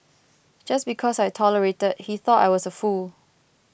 just because I tolerated he thought I was a fool